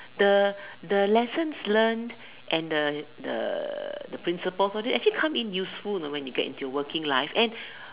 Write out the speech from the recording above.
the the lessons learnt and the the principle for it actually comes in useful you know when you come in working life